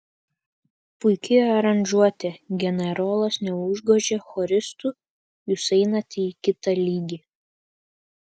puiki aranžuotė generolas neužgožė choristų jūs einate į kitą lygį